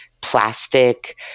plastic